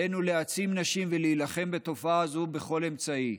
עלינו להעצים נשים ולהילחם בתופעה זו בכל אמצעי.